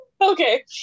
Okay